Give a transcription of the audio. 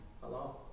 Hello